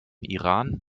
iran